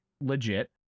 legit